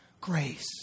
grace